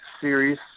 series